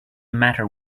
matter